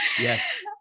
Yes